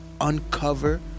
uncover